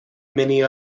many